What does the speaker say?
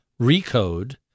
Recode